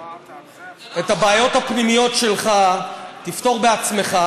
את הבעיות הפנימיות שלך תפתור בעצמך,